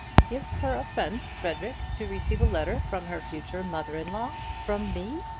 give her offence, frederic, to receive a letter from her future mother-in-law from me!